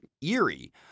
eerie